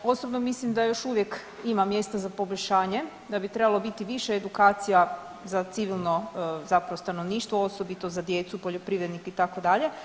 Osobno mislim da još uvijek ima mjesta za poboljšanje, da bi trebalo biti više edukacija za civilno zapravo stanovništvo osobito za djecu, poljoprivrednike itd.